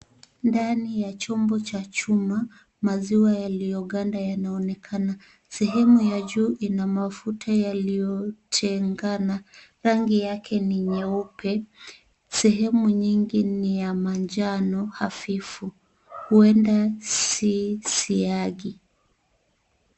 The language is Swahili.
Ndani ya chombo cha chuma, maziwa yaliyoganda yanaonekana. Sehemu ya juu ina mafuta yaliyotengana. Rangi yake ni nyeupe. Sehemu nyingi ni ya manjano hafifu, huenda si siagi.